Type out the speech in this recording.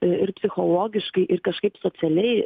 ir psichologiškai ir kažkaip socialiai